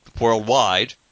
worldwide